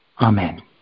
Amen